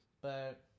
but-